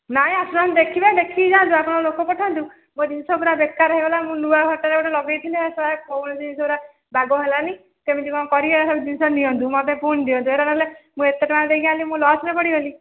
ନାଇଁ ଆସୁନ ଦେଖିବେ ଦେଖିକି ଯାଆନ୍ତୁ ଆପଣ ଲୋକ ପଠାନ୍ତୁ ମୋ ଜିନିଷ ପୁରା ବେକାର ହେଇଗଲା ମୁଁ ନୂଆ ଘରଟାରେ ଗୋଟେ ଲଗାଇଥିଲି ଏ ସେ କୌଣସି ଜିନିଷ ଗୁଡ଼ା ବାଗ ହେଲାନି କେମିତି କ'ଣ କରିବି ଏ ସବୁ ଜିନିଷ ନିଅନ୍ତୁ ମୋତେ ଫୁଣି ଦିଅନ୍ତୁ ଏଇଟା ନେଲେ ମୁଁ ଏତେ ଟଙ୍କା ଦେଇକି ଆଣିଲି ମୁଁ ଲସ୍ରେ ପଡ଼ିଗଲି